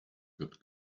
good